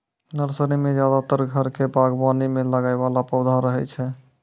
nursery मॅ ज्यादातर घर के बागवानी मॅ लगाय वाला पौधा रहै छै